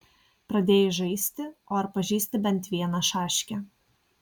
pradėjai žaisti o ar pažįsti bent vieną šaškę